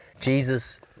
Jesus